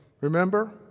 Remember